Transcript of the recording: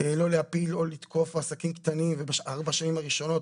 להפיל או לתקוף עסקים קטנים בארבע השנים הראשונות,